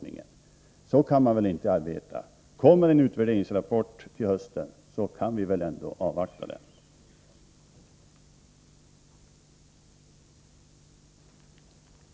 Jag menar att när det kommer en utredningsrapport till hösten kan vi väl ändå avvakta den innan vi tar slutlig ställning.